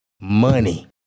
money